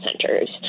centers